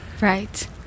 Right